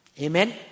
Amen